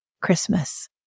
Christmas